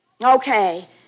okay